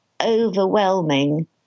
overwhelming